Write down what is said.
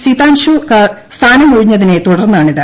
സീതാൻഷു കർ സ്ഥാനമൊഴിഞ്ഞതിനെ തുടർന്നാണിത്